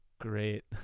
Great